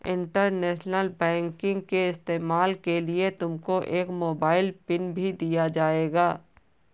internet banking के इस्तेमाल के लिए तुमको एक मोबाइल पिन भी दिया जाएगा